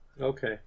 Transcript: okay